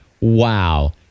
wow